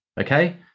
Okay